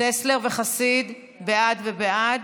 טסלר וחסיד, בעד ובעד.